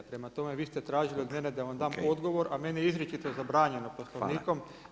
Prema tome, vi ste tražili od mene da vam dam odgovor, a meni je izričito zabranjeno Poslovnikom.